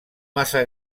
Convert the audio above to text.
massa